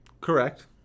Correct